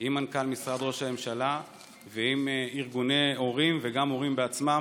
עם מנכ"ל משרד ראש הממשלה ועם ארגוני הורים וגם הורים בעצמם,